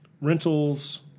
rentals